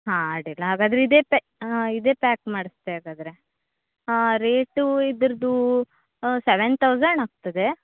ಹಾಂ ಅಡ್ಡಿಲ್ಲ ಹಾಗಾದರೆ ಇದೇ ಪೈ ಇದೇ ಪ್ಯಾಕ್ ಮಾಡಿಸ್ತೆ ಹಾಗಾದ್ರೆ ರೇಟು ಇದರದ್ದು ಸೆವೆನ್ ತೌಸೆಂಡ್ ಆಗ್ತದೆ